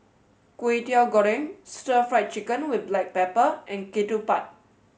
Kway Teow Goreng Stir Fried Chicken with Black Pepper and Ketupat